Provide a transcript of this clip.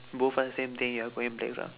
both are same thing you're going playground